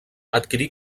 adquirir